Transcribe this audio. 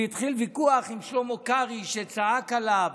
והתחיל ויכוח עם שלמה קרעי שצעק עליו.